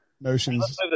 notions